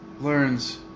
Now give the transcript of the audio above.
learns